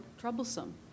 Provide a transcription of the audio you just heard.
troublesome